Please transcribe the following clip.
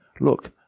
Look